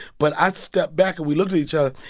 but i stepped back, and we looked at each other.